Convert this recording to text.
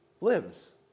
lives